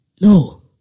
No